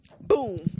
boom